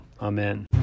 Amen